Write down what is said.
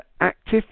active